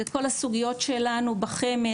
זה כל הסוגיות שלנו בחמ"ד,